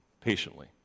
patiently